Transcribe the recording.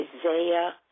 Isaiah